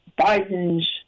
Biden's